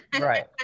right